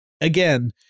again